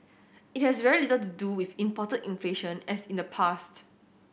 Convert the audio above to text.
it has very little to do with imported inflation as in the past